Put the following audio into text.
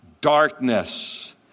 darkness